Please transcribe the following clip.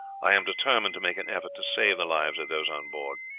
i am determined to make an effort to save the lives of those on board.